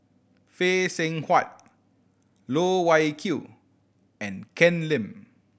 Phay Seng Whatt Loh Wai Kiew and Ken Lim